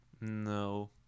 No